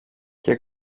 και